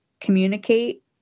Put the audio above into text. communicate